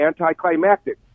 anticlimactic